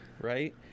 right